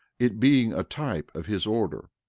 it being a type of his order,